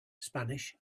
spanish